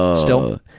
ah still?